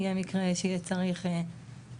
אם זה מקרה שיהיה צריך רגע